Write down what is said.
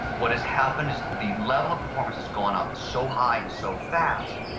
what has happened, the level of performance has gone up so high and so fast,